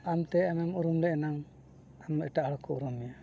ᱟᱢᱛᱮ ᱮᱢᱮᱢ ᱩᱨᱩᱢ ᱞᱮ ᱮᱱᱟᱝ ᱟᱢ ᱮᱴᱟᱜ ᱦᱚᱲ ᱠᱚ ᱩᱨᱩᱢ ᱢᱮᱭᱟ